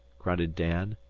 grunted dan.